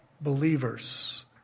believers